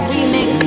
Remix